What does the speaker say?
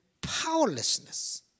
powerlessness